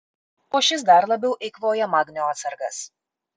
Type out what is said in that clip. o šis dar labiau eikvoja magnio atsargas